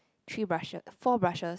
three brushes four brushes